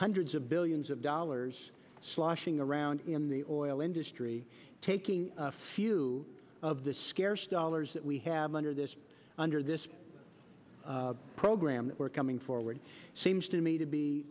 hundreds of billions of dollars sloshing around in the oil industry taking few of the scarce dollars that we have under this under this program that we're coming forward seems to me to be